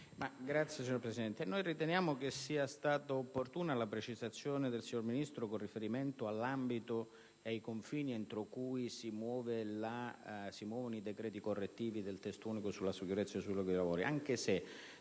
Signor Presidente, noi riteniamo che sia stata opportuna la precisazione del signor Ministro con riferimento all'ambito e ai confini entro cui si muovono i decreti correttivi del Testo unico sulla sicurezza nei luoghi di lavoro.